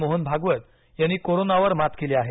मोहन भागवत यांनी करोनावर मात केली आहे